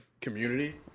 community